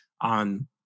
on